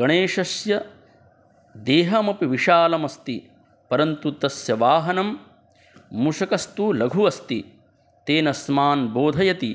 गणेशस्य देहमपि विशालमस्ति परन्तु तस्य वाहनं मूषकस्तु लघु अस्ति तेन अस्मान् बोधयति